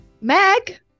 Meg